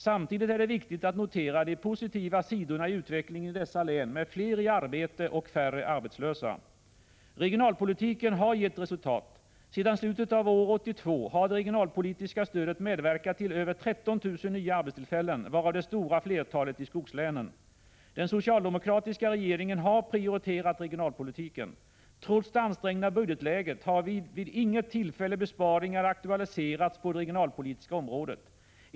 Samtidigt är det viktigt att notera de positiva sidorna i utvecklingen i dessa län med fler i arbete och färre arbetslösa. Regionalpolitiken har givit resultat. Sedan slutet av år 1982 har det regionalpolitiska stödet medverkat till över 13 000 nya arbetstillfällen, varav det stora flertalet i skogslänen. Den socialdemokratiska regeringen har prioriterat regionalpolitiken. Trots det ansträngda budgetläget har vid inget tillfälle besparingar aktualiserats på det regionalpolitiska området.